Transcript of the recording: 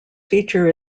feature